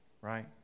right